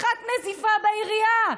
שיחת נזיפה בעירייה,